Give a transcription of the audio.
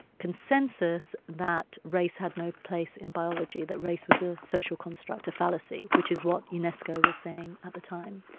consensus that race had no place in biology, that race was a social construct, a fallacy, which is what unesco was saying at the time.